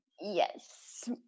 Yes